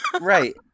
Right